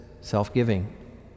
self-giving